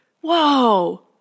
Whoa